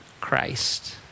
Christ